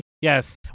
yes